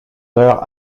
d’heure